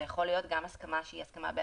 זאת יכולה להיות גם הסכמה בעל-פה.